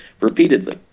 repeatedly